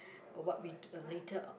uh what we t~ a later uh